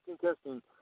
Testing